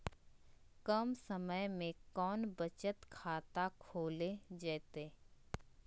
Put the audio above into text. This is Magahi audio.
कम समय में कौन बचत खाता खोले जयते?